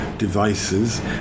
devices